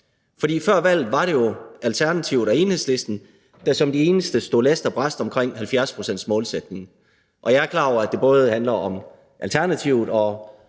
For før valget var det jo Alternativet og Enhedslisten, der som de eneste stod last og brast omkring 70-procentsmålsætningen, og jeg er klar over, at det både handler om Alternativet og